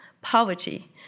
poverty